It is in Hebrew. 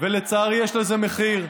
ולצערי יש לזה מחיר,